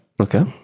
okay